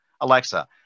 Alexa